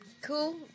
Cool